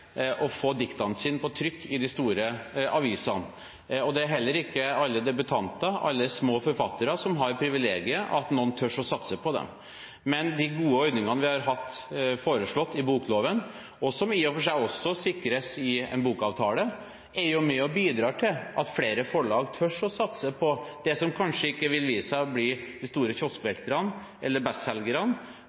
få diktene sine på trykk i de store avisene. Det er heller ikke alle debutanter og alle små forfattere som har det privilegiet at noen tør å satse på dem. Men de gode ordningene vi har foreslått i bokloven, og som i og for seg også sikres i en bokavtale, er med og bidrar til at flere forlag tør å satse på det som kanskje ikke vil vise seg å bli de store kioskvelterne eller bestselgerne,